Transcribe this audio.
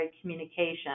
communication